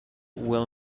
will